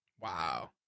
Wow